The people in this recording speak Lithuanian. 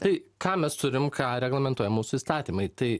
tai ką mes turim ką reglamentuoja mūsų įstatymai tai